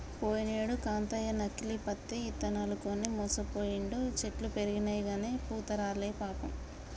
పోయినేడు కాంతయ్య నకిలీ పత్తి ఇత్తనాలు కొని మోసపోయిండు, చెట్లు పెరిగినయిగని పూత రాలే పాపం